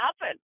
happen